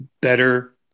better